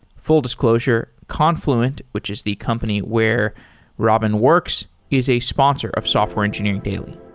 full disclosure confluent, which is the company where robin works, is a sponsor of software engineering daily.